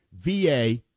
VA